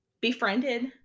befriended